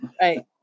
Right